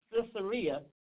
Caesarea